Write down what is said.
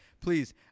please